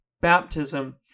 baptism